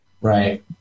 Right